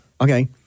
Okay